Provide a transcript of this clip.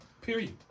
Period